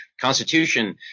Constitution